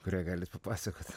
kurią galit papasakot